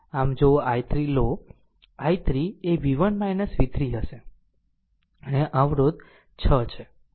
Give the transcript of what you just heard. આમ જો i3 લોi3 એ v1 v3 હશે અને આ અવરોધ 6 છે